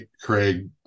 Craig